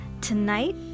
Tonight